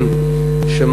העניין.